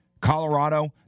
Colorado